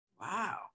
Wow